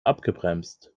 abgebremst